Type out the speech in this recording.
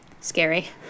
scary